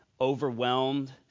overwhelmed